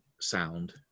sound